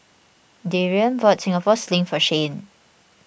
Darrian bought Singapore Sling for Shane